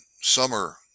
summer